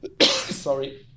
sorry